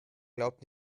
glaubt